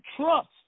trust